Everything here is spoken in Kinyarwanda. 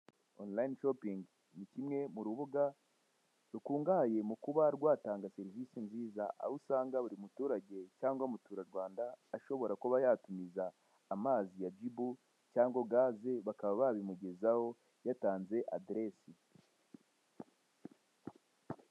Onulayini shopingi ni kimwe mu rubuga rukungahaye mu kuba rwatanga serivise nziza aho usanga buri muturage cyangwa muturarwanda ashobora kuba yatumiza amazi ya jibu cyangwa gaze bakaba bakabimugezaho yatanze aderesi.